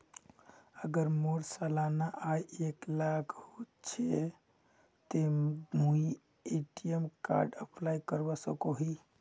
अगर मोर सालाना आय एक लाख होचे ते मुई ए.टी.एम कार्ड अप्लाई करवा सकोहो ही?